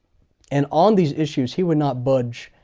and on these issues, he would not budge,